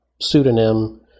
pseudonym